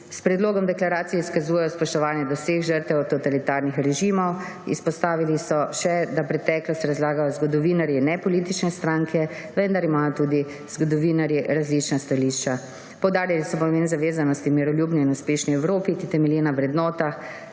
S predlogom deklaracije izkazujejo spoštovanje do vseh žrtev totalitarnih režimov. Izpostavili so še, da preteklost razlagajo zgodovinarji in ne politične stranke, vendar imajo tudi zgodovinarji različna stališča. Poudarili so pomen zavezanosti miroljubni in uspešni Evropi, ki temelji na vrednotah,